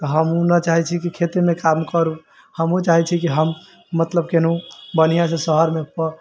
तऽ हम ओ नहि चाहै छी की खेत मे काम करू हम ओ चाहै छी की हम मतलब कोनो बढ़िऑं से शहर मे